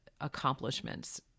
accomplishments